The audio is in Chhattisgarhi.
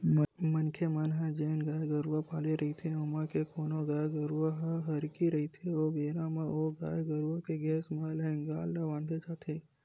मनखे मन ह जेन गाय गरुवा पाले रहिथे ओमा के कोनो गाय गरुवा ह हरही रहिथे ओ बेरा म ओ गाय गरु के घेंच म लांहगर ला बांधे जाथे